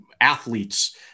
athletes